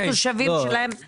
לתושבים שלהם לא מגישים?